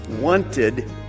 wanted